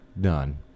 done